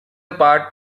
part